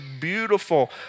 beautiful